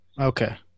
Okay